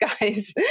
guys